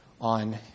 on